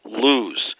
lose